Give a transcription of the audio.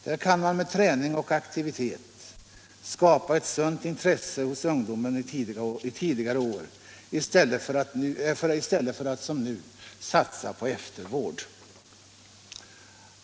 Därigenom kan man med träning och aktivitet skapa ett sunt intresse hos ungdomen i tidiga år i stället för att som nu satsa på eftervård.